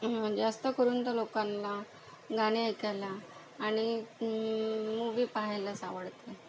जास्तकरून तर लोकांना गाणे ऐकायला आणि मूव्ही पाहायलाच आवडते